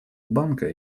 банка